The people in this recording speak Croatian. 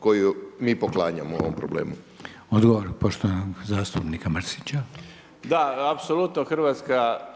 koju mi poklanjamo ovom problemu. **Reiner, Željko (HDZ)** Odgovor poštovanog zastupnika Mrsića. **Mrsić, Mirando